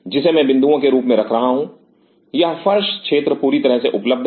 जिसे मैं बिंदुओं के रूप में रख रहा हूं यह फर्श क्षेत्र पूरी तरह से उपलब्ध है